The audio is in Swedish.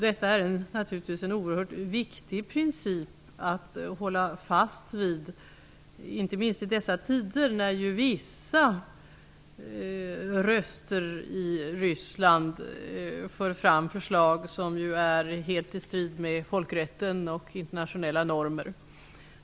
Detta är naturligtvis en oerhört viktig princip att hålla fast vid, inte minst i dessa tider då vissa röster i Ryssland för fram förslag som är helt i strid med folkrätten och internationella normer.